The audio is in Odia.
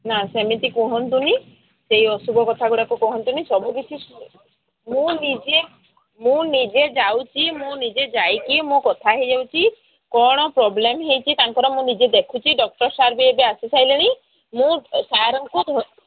ନା ସେମିତି କୁହନ୍ତୁନି ସେଇ ଅଶୁଭ କଥା ଗୁଡ଼ାକ କୁହନ୍ତୁନି ସବୁକିଛି ମୁଁ ନିଜେ ମୁଁ ନିଜେ ଯାଉଛି ମୁଁ ନିଜେ ଯାଇକି ମୁଁ କଥା ହେଇଯାଉଛି କ'ଣ ପ୍ରୋବ୍ଲେମ୍ ହେଇଛି ତାଙ୍କର ମୁଁ ନିଜେ ଦେଖୁଛି ଡକ୍ଟର ସାର୍ ବି ଏବେ ଆସି ସାରିଲେଣି ମୁଁ ସାର୍ଙ୍କୁ